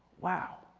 wow.